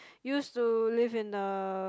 used to live in a